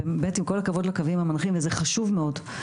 באמת עם כל הכבוד לקווים המנחים וזה חשוב מאוד,